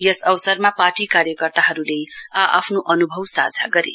यस अवसरमा पार्टी क्रायकर्ताहरुले आ आफ्नो अनुभव साझा गरे